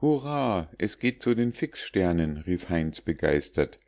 hurrah es geht zu den fixsternen rief heinz begeistert